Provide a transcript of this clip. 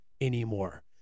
anymore